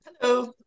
Hello